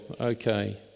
okay